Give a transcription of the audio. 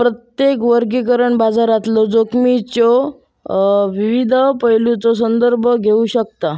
प्रत्येक वर्गीकरण बाजारातलो जोखमीच्यो विविध पैलूंचो संदर्भ घेऊ शकता